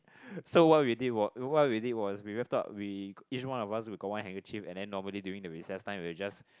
so what we did what we did was we whipped out we each one of us we got one handkerchief and then normally during the recess time we will just